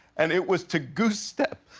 and it was to goose step.